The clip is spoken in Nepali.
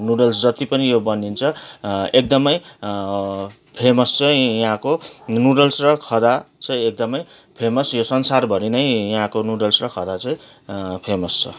नुडल्स जति पनि यो बनिन्छ एकदमै फेमस चाहिँ यहाँको नुडल्स र खदा चाहिँ एकदमै फेमस यो संसारभरि नै यहाँको नुडल्स र खदा चाहिँ फेमस छ